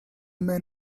men